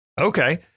Okay